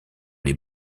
les